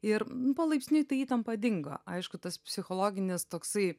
ir palaipsniui ta įtampa dingo aišku tas psichologinis toksai